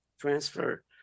transfer